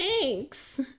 Thanks